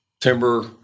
timber